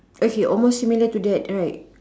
okay almost similar to that right